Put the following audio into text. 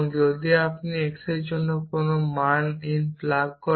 যদি আপনি x এর জন্য কোনো মান প্লাগ ইন করেন